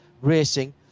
Racing